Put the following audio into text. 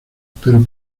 pero